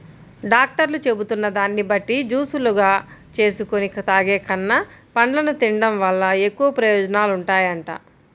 డాక్టర్లు చెబుతున్న దాన్ని బట్టి జూసులుగా జేసుకొని తాగేకన్నా, పండ్లను తిన్డం వల్ల ఎక్కువ ప్రయోజనాలుంటాయంట